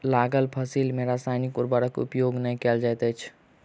लागल फसिल में रासायनिक उर्वरक उपयोग नै कयल जाइत अछि